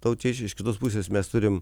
tautiečių iš kitos pusės mes turim